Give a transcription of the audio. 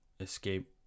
escape